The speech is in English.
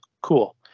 cool